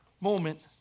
moment